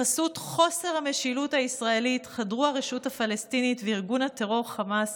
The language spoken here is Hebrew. בחסות חוסר המשילות הישראלית חדרו הרשות הפלסטינית וארגון הטרור חמאס